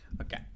Okay